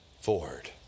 Ford